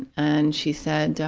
and she said,